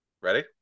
Ready